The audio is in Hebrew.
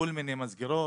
כל מיני מסגרות,